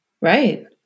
Right